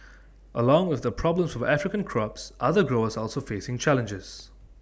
along with the problems for African crops other growers are also facing challenges